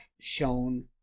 shown